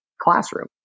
classroom